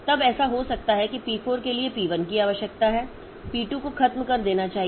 तब ऐसा हो सकता है कि P4 के लिए P1 की आवश्यकता है और P2 को खत्म कर देना चाहिए